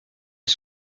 est